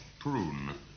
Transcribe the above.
prune